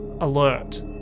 Alert